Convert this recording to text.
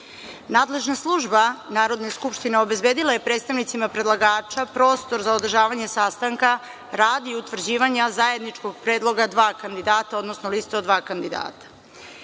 Nadležna služba Narodne skupštine obezbedila je predstavnicima predlagača prostor za održavanje sastanka radi utvrđivanja zajedničkog predloga dva kandidata, odnosno liste od dva kandidata. Na